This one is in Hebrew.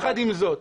יחד עם זאת,